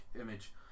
image